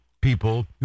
people